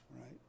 right